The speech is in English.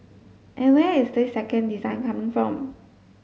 and where is this second design coming from